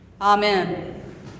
Amen